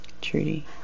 Trudy